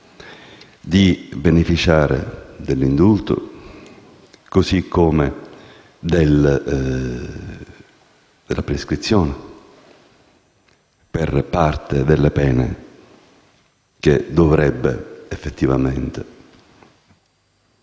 di beneficiare dell'indulto e della prescrizione per parte delle pene che dovrebbe effettivamente